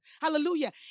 Hallelujah